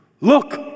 Look